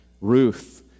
Ruth